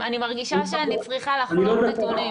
אני מרגישה שאני צריכה לחלוב נתונים.